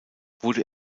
wurde